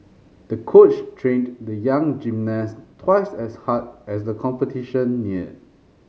the coach trained the young gymnast twice as hard as the competition neared